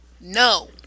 no